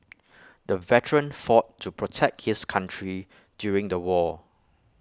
the veteran fought to protect his country during the war